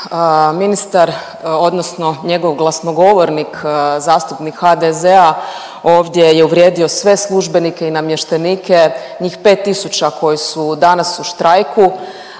ministar odnosno njegov glasnogovornik zastupnik HDZ-a ovdje je uvrijedio sve službenike i namještenike, njih 5.000 koji su danas u štrajku